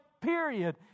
period